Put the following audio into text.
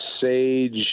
sage